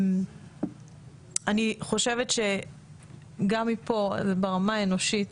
אני חושבת שגם מפה, ברמה האנושית,